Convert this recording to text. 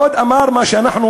עוד אמר מה שאנחנו,